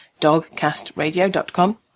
dogcastradio.com